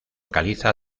caliza